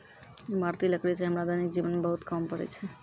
इमारती लकड़ी सें हमरा दैनिक जीवन म बहुत काम पड़ै छै